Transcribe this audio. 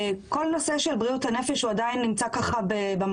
כל נושא של בריאות הנפש עדיין נמצא במחשכים